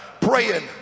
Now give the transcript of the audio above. Praying